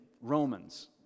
Romans